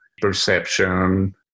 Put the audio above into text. perception